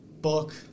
book